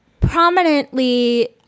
prominently